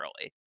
early